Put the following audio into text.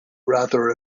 rather